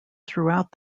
throughout